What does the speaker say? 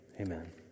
Amen